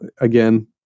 again